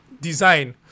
design